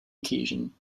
occasion